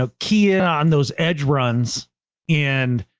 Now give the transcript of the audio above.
ah key in on those edge runs and.